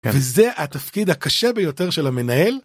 וזה התפקיד הקשה ביותר של המנהל.